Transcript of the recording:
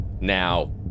now